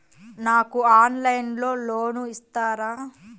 నాకు ఆన్లైన్లో లోన్ ఇస్తారా?